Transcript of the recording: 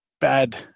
bad